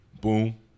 boom